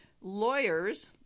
Lawyers